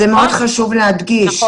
חשוב מאוד להדגיש.